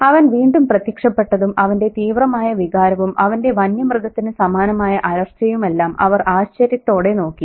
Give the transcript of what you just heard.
അവൻ വീണ്ടും പ്രത്യക്ഷപ്പെട്ടതും അവന്റെ തീവ്രമായ വികാരവും അവന്റെ വന്യമൃഗത്തിനു സമാനമായ അലർച്ചയുമെല്ലാം അവർ ആശ്ചര്യത്തോടെ നോക്കി